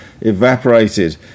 evaporated